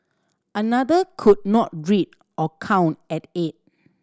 another could not read or count at eight